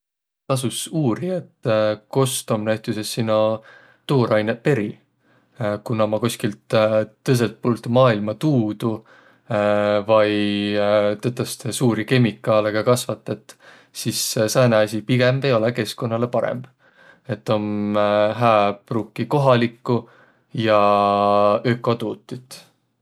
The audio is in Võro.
Tasos uuriq, et kost om näütüses sino tuurainõq peri. Ku nä ommaq koskilt tõõsõlt puult maailma tuuduq vai tõtõstõ suuri kemikaalõga kasvatõt, sis ääne asi pigemb ei olõq keskkonnalõ parõmb. Et om hää pruukiq kohalikku ja ökotuutit.